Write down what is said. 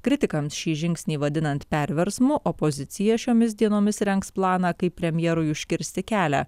kritikams šį žingsnį vadinant perversmu opozicija šiomis dienomis rengs planą kaip premjerui užkirsti kelią